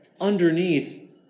underneath